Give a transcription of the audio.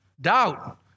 Doubt